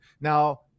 Now